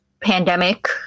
pandemic